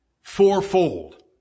fourfold